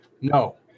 No